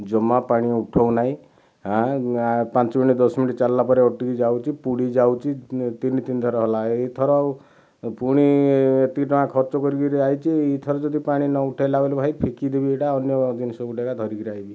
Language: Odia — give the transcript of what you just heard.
ଜମା ପାଣି ଉଠୋଉନାଇଁ ପାଞ୍ଚ ମିନଟ ଦଶ ମିନଟ ଚାଲିଲା ପରେ ଅଟକି ଯାଉଛି ପୋଡ଼ି ଯାଉଛି ତିନି ତିନି ଥର ହେଲା ଏଇ ଥର ପୁଣି ଏତିକି ଟଙ୍କା ଖର୍ଚ୍ଚ କରିକିରି ଆସିଛି ଏଇଥର ଯଦି ପାଣି ନ ଉଠାଇଲା ବୋଇଲେ ଭାଇ ଫିକି ଦେବି ଏଇଟା ଅନ୍ୟ ଜିନିଷ ଗୋଟେ ଏକା ଧରିକିରି ଆସିବି